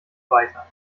weiter